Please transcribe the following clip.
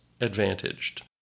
advantaged